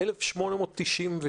1892,